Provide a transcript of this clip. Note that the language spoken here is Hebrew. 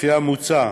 לפי המוצע